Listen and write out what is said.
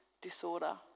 disorder